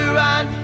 run